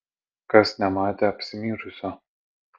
kas nematė apsimyžusio